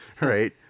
right